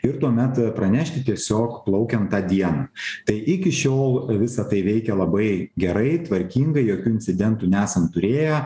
ir tuomet pranešti tiesiog plaukiam tą dieną tai iki šiol visa tai veikia labai gerai tvarkingai jokių incidentų nesam turėję